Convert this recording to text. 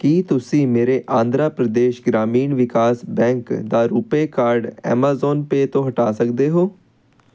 ਕੀ ਤੁਸੀਂਂ ਮੇਰੇ ਆਂਧਰਾ ਪ੍ਰਦੇਸ਼ ਗ੍ਰਾਮੀਣ ਵਿਕਾਸ ਬੈਂਕ ਦਾ ਰੁਪੇ ਕਾਰਡ ਐਮਾਜ਼ੋਨ ਪੇ ਤੋਂ ਹਟਾ ਸਕਦੇ ਹੋ